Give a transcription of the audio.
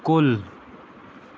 کُل